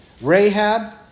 Rahab